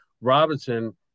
Robinson